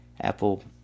Apple